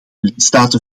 lidstaten